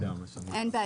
אין בעיה.